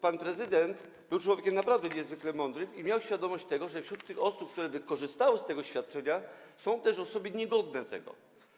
Pan prezydent był człowiekiem naprawdę niezwykle mądrym i miał świadomość tego, że wśród osób, które mogłyby korzystać z tego świadczenia, są też osoby tego niegodne.